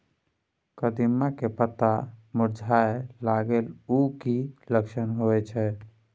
कदिम्मा के पत्ता मुरझाय लागल उ कि लक्षण होय छै?